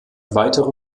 weitere